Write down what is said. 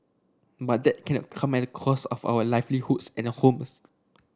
but that cannot come at the cost of our livelihoods and homes